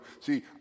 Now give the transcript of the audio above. See